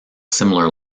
similar